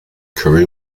currie